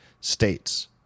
States